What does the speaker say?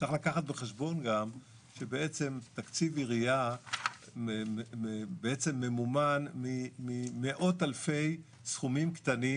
צריך לקחת בחשבון גם שתקציב עירייה ממומן ממאות אלפי סכומים קטנים